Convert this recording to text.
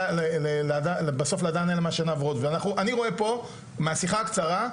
אני רואה פה מהשיחה הקצרה,